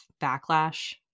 backlash